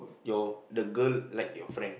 your the girl like your friend